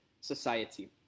society